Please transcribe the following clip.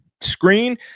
screen